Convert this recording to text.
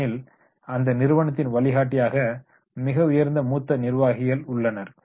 ஏனெனில் அந்த நிறுவனத்தில் வழிகாட்டியாக மிக உயர்ந்த மூத்த நிர்வாகிகள் உள்ளனர்